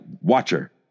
watcher